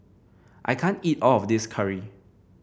I can't eat all of this curry